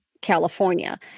California